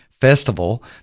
festival